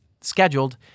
scheduled